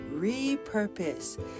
repurpose